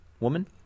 Woman